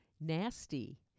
nasty